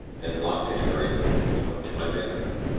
then locked it hurriedly, and went to my bedroom,